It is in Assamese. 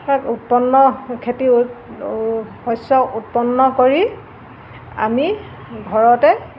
উৎপন্ন খেতি শস্য উৎপন্ন কৰি আমি ঘৰতে